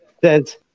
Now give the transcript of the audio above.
says